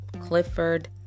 Clifford